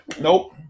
Nope